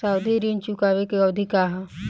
सावधि ऋण चुकावे के अवधि का ह?